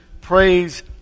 praise